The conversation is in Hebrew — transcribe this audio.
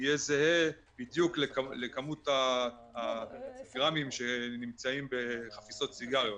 יהיה זהה לכמות הגרמים שנמצאים בחפיסות סיגריות.